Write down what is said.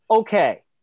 Okay